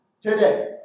today